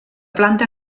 planta